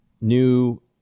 new